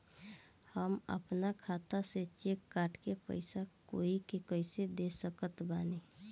हम अपना खाता से चेक काट के पैसा कोई के कैसे दे सकत बानी?